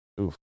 oof